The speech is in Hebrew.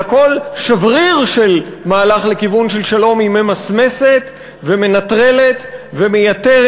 אלא כל שבריר של מהלך לכיוון של שלום היא ממסמסת ומנטרלת ומייתרת,